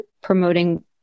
promoting